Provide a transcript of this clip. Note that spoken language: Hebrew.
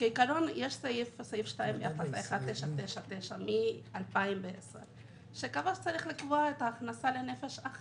כעיקרון יש סעיף 1999 משנת 2010 שמורה לחשב אחרת את ההכנסה לנפש,